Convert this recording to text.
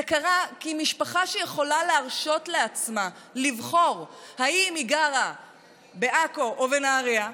זה קרה כי משפחה שיכולה להרשות לעצמה לבחור אם היא גרה בעכו או בנהריה,